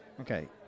Okay